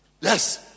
Yes